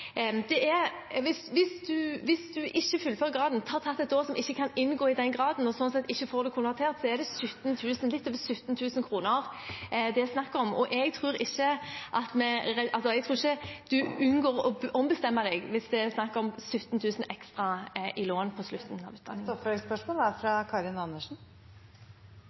Hvis du ikke fullfører graden, har tatt et år som ikke kan inngå i den graden, og sånn sett ikke får det konvertert, er det 17 000 kr – litt over 17 000 kr – det er snakk om, og jeg tror ikke at du unngår å ombestemme deg hvis det er snakk om 17 000 kr ekstra i lån … Karin Andersen – til oppfølgingsspørsmål.